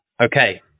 Okay